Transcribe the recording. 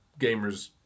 gamers